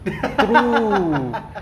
ha ha ha ha ha ha ha